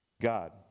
God